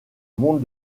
monde